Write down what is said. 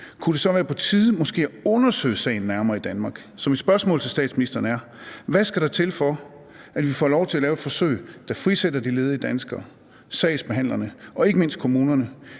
Så mit spørgsmål til statsministeren er: Hvad skal der til, for at vi får lov til at lave et forsøg, der frisætter de ledige danskere, sagsbehandlerne og ikke mindst kommunerne,